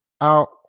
out